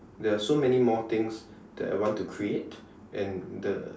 there are so many more things that I want to create and the